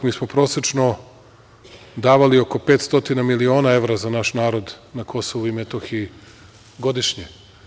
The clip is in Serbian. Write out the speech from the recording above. Mi smo prosečno davali oko 500 miliona evra za naš narod na Kosovu i Metohiji godišnje.